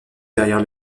derrière